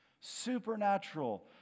supernatural